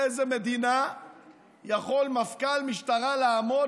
באיזו מדינה יכול מפכ"ל משטרה לעמוד